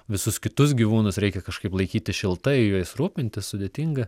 visus kitus gyvūnus reikia kažkaip laikyti šiltai jais rūpintis sudėtinga